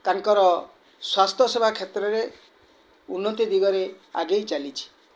ତାଙ୍କର ସ୍ୱାସ୍ଥ୍ୟସେବା କ୍ଷେତ୍ରରେ ଉନ୍ନତି ଦିଗରେ ଆଗେଇ ଚାଲିଛି